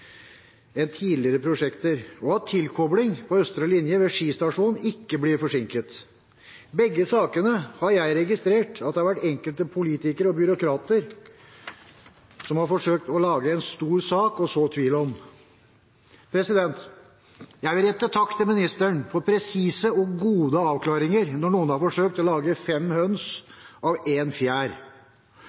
enn i tidligere prosjekter, og at tilkobling av østre linje ved Ski stasjon ikke blir forsinket. Begge sakene har jeg registrert at enkelte politikere og byråkrater har forsøkt å lage en stor sak av og så tvil om. Jeg vil rette en takk til ministeren for presise og gode avklaringer når noen har forsøkt å lage fem høns av